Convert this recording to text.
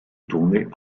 tourné